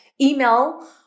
email